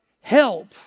help